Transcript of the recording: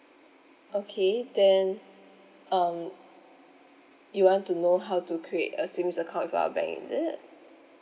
okay then um you want to know how to create a savings account with our bank is it